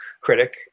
critic